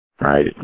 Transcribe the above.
right